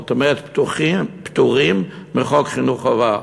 זאת אומרת פטורים מחוק חינוך חובה.